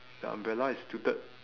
the umbrella is tilted